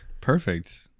Perfect